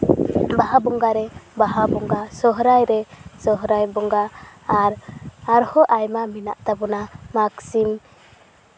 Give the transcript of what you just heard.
ᱵᱟᱦᱟ ᱵᱚᱸᱜᱟ ᱨᱮ ᱵᱟᱦᱟ ᱵᱚᱸᱜᱟ ᱟᱨ ᱥᱚᱦᱨᱟᱭ ᱨᱮ ᱥᱚᱨᱦᱟᱭ ᱵᱚᱸᱜᱟ ᱟᱨ ᱟᱨᱦᱚᱸ ᱟᱭᱢᱟ ᱢᱮᱱᱟᱜ ᱛᱟᱵᱚᱱᱟ ᱢᱟᱜᱽᱥᱤᱢ